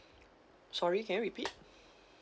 sorry can you repeat